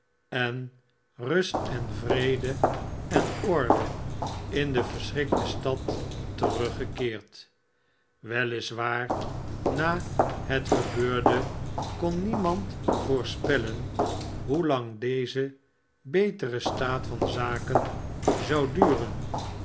en rust vrede en orde in de verschrikte stad teruggekeerd wei is waar na het gebeurde kon niemand voorspellen hoelang deze betere staat van zaken zou duren